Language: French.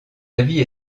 avis